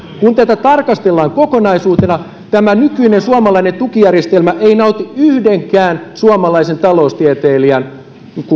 kun tätä tarkastellaan kokonaisuutena tämä nykyinen suomalainen tukijärjestelmä ei nauti yhdenkään suomalaisen taloustieteilijän